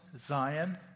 Zion